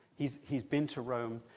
he's he's been to rome,